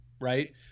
right